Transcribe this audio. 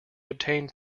obtained